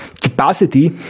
capacity